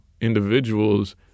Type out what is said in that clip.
individuals